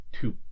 two